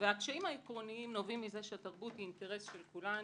והקשיים העקרוניים נובעים מזה שהתרבות היא אינטרס של כולנו,